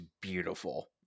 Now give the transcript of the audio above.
beautiful